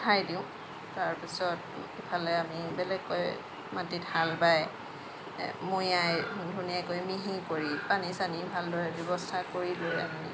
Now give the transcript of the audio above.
উঠাই দিওঁ তাৰ পিছত ইফালে আমি বেলেগকৈ মাটিত হাল বাই মৈয়াই ধুনীয়াকৈ মিহি কৰি পানী চানী ভালদৰে ব্যৱস্থা কৰি লৈ আহি